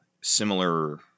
similar